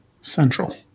central